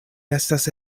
estas